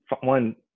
one